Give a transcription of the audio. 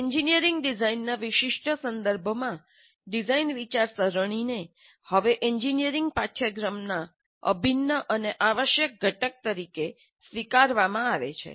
engineering ડિઝાઇનના વિશિષ્ટ સંદર્ભમાં ડિઝાઇન વિચારસરણીને હવે એન્જિનિયરિંગ પાઠ્યક્રમના અભિન્ન અને આવશ્યક ઘટક તરીકે સ્વીકારવામાં આવે છે